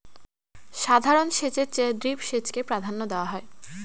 সাধারণ সেচের চেয়ে ড্রিপ সেচকে প্রাধান্য দেওয়া হয়